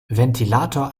ventilator